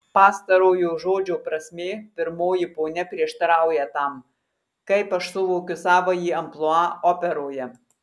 pastarojo žodžio prasmė pirmoji ponia prieštarauja tam kaip aš suvokiu savąjį amplua operoje